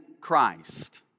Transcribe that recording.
Christ